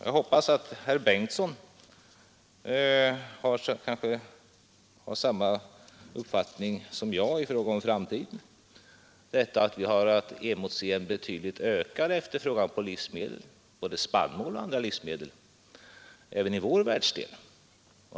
Jag hoppas att herr Bengtsson har samma uppfattning som jag om framtiden, nämligen att vi har att emotse en betydligt ökad efterfrågan på livsmedel, både på spannmål och på andra livsmedel, även i vår världsdel.